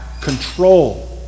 control